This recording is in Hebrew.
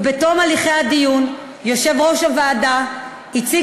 ובתום הליכי הדיון יושב-ראש הוועדה הציג